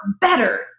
better